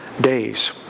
days